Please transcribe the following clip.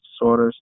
disorders